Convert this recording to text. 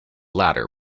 latter